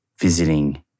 visiting